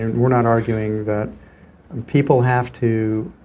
and we're not arguing that people have to,